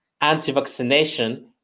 anti-vaccination